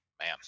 Man